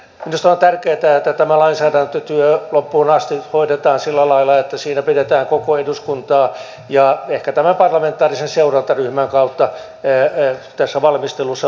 minusta on tärkeätä että tämä lainsäädäntötyö loppuun asti hoidetaan sillä lailla että siinä pidetään koko eduskuntaa ehkä tämän parlamentaarisen seurantaryhmän kautta tässä valmistelussa mukana